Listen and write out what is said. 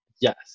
Yes